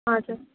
हजुर